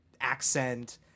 accent